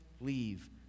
leave